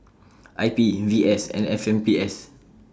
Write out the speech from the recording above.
I P V S and F M P S